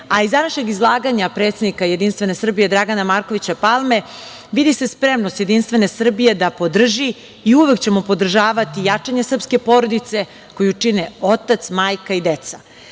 Iz današnjeg izlaganja predsednika JS Dragana Markovića Palme, vidi se spremnost Jedinstvene Srbije da podrži i uvek ćemo podržavati jačanje srpske porodice koju čine otac, majka i